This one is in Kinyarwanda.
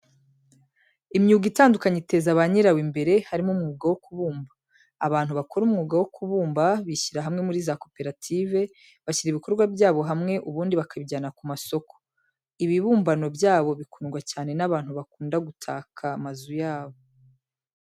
Imyuga itandukanye iteza ba nyirawo imbere harimo umwuga wo kubumba, abantu bakora umwuka wo kubumba bishyira hamwe muri za koperative, bashyira ibikorwa byabo hamwe ubundi bakabijyana ku masoko. Ibibumbano byabo bikundwa cyane n'abantu bakunda gutaka amazu yabo.